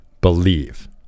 believe